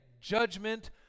judgment